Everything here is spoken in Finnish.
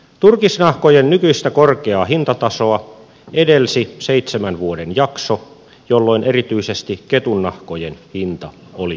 turkisnahkojen nykyistä korkeaa hintatasoa edelsi seitsemän vuoden jakso jolloin erityisesti ketunnahkojen hinta oli alhainen